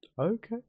Okay